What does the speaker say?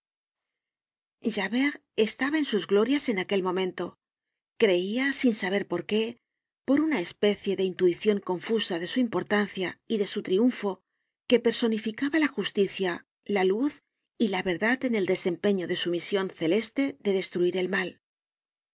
javert estaba en sus glorias en aquel momento creía ín saber por qué por una especie de intuicion confusa de su importancia y de su triunfo que personificaba la justicia la luz y la verdad en el desempeño de su mision celeste de destruir el mal